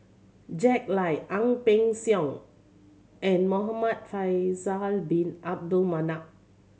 Jack Lai Ang Peng Siong and Muhamad Faisal Bin Abdul Manap